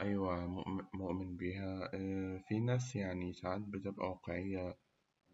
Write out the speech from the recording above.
أيوه مؤم- مؤمن بيها، فيه ناس ساعات لتلقى واقعية